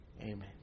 amen